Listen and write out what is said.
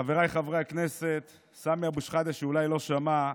חבריי חברי הכנסת, סמי אבו שחאדה, שאולי לא שמע,